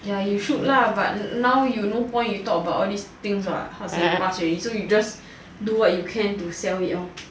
ya you should lah but now you no point you talk about all these things what how to say pass already so you just do what you can to sell it lor